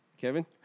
Kevin